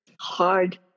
hard